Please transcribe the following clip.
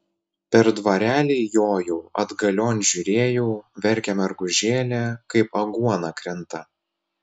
per dvarelį jojau atgalion žiūrėjau verkia mergužėlė kaip aguona krinta